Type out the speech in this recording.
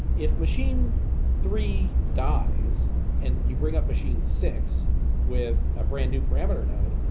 if machine three dies and you bring up machine six with a brand new parameter node,